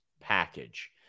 package